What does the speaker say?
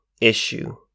issue